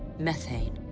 methane,